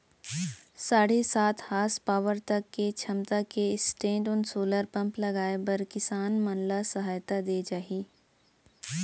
साढ़े सात हासपावर तक के छमता के स्टैंडओन सोलर पंप लगाए बर किसान मन ल सहायता दे जाही